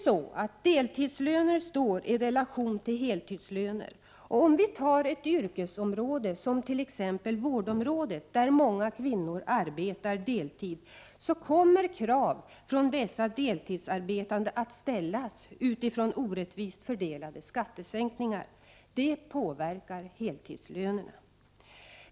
17 Deltidslöner står i relation till heltidslöner, och om vi tar ett yrkesområde som vårdområdet, där många kvinnor arbetar deltid, kommer krav från dessa deltidsarbetande att ställas utifrån orättvist fördelade skattesänkningar. Det påverkar heltidslönerna.